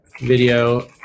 video